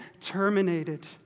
terminated